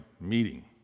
meeting